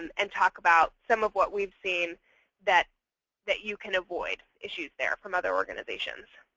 and and talk about some of what we've seen that that you can avoid issues there from other organizations.